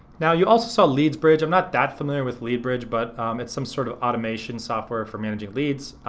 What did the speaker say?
now you also saw leadsbridge. i'm not that familiar with leadbridge but it's some sort of automation software for managing leads.